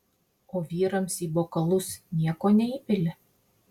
o vyrams į bokalus nieko neįpili